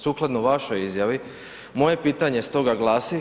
Sukladno vašoj izjavi moje pitanje stoga glasi.